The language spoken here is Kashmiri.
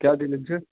کیٛاہ دٔلیٖل چھِ